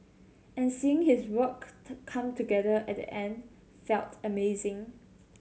and seeing his work come together at the end felt amazing